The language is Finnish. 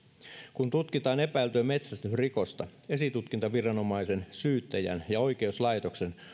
kun tutkitaan epäiltyä metsästysrikosta esitutkintaviranomaisen syyttäjän ja oikeuslaitoksen